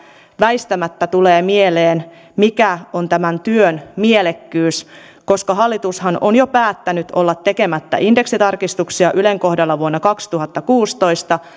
väistämättä tulee mieleen mikä on tämän työn mielekkyys koska hallitushan on jo päättänyt olla tekemättä indeksitarkistuksia ylen kohdalla vuonna kaksituhattakuusitoista